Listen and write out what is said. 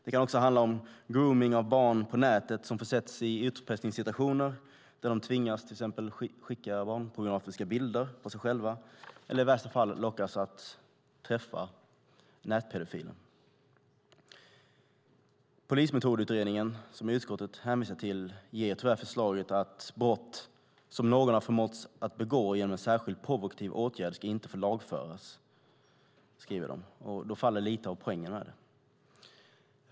Det kan handla om gromning av barn på nätet som försätts i utpressningssituationer där de tvingas att till exempel skicka barnpornografiska bilder på sig själva eller i värsta fall lockas att träffa nätpedofilen. Polismetodutredningen, som utskottet hänvisar till, ger tyvärr förslaget att brott som någon har förmåtts att begå genom en särskild provokativ åtgärd inte ska få lagföras. Så skriver man. Då faller lite av poängen med det hela.